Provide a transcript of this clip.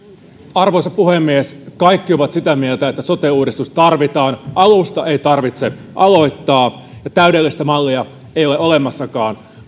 arvoisa puhemies kaikki ovat sitä mieltä että sote uudistus tarvitaan alusta ei tarvitse aloittaa ja täydellistä mallia ei ole olemassakaan